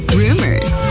rumors